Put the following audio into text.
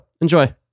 Enjoy